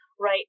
Right